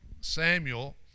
Samuel